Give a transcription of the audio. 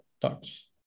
thoughts